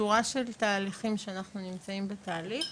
שורה של תהליכים שאנחנו נמצאים בתהליך,